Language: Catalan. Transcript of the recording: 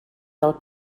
del